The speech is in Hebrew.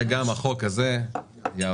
דנו בנושא הזה ולכן אנחנו